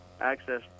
access